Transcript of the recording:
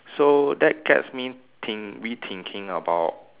so that gets me think me thinking about